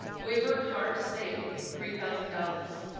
we have worked hard to save three thousand dollars.